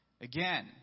Again